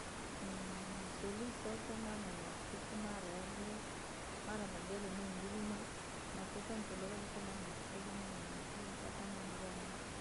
nasula ikokoo maana mapukuu malele, mara mageri noungurumaa, nookosa ntulo kabisa maana naisoso nuinisire mpata na- na.